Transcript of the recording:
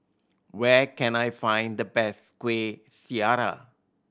where can I find the best Kuih Syara